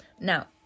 Now